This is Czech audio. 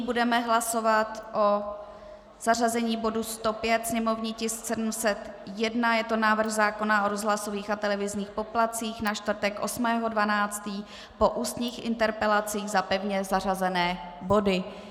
Nyní budeme hlasovat o zařazení bodu 105, sněmovní tisk 701, je to návrh zákona o rozhlasových a televizních poplatcích, na čtvrtek 8. 12. po ústních interpelacích za pevně zařazené body.